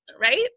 Right